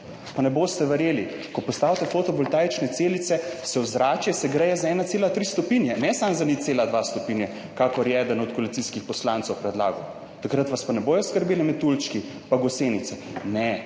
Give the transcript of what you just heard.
Pa ne boste verjeli, ko postavite fotovoltaične celice se ozračje segreje za 1,3 stopinje, ne samo za 0,2 stopinje, kakor je eden od koalicijskih poslancev predlagal. Takrat vas pa ne bodo skrbeli metuljčki pa gosenice. Ne,